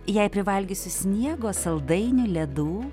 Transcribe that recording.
jei privalgysiu sniego saldainių ledų